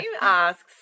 asks